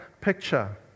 picture